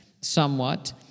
somewhat